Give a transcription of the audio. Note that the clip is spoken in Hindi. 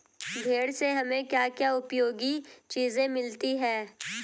भेड़ से हमें क्या क्या उपयोगी चीजें मिलती हैं?